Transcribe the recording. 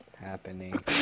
happening